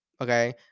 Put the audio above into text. okay